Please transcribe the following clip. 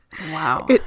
Wow